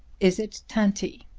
is it tanti?